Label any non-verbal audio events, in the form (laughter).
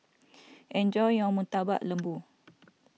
(noise) enjoy your Murtabak Lembu